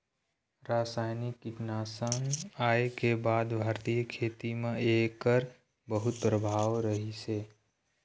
रासायनिक कीटनाशक आए के बाद भारतीय खेती म एकर बहुत प्रभाव रहीसे